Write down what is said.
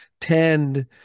tend